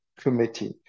committee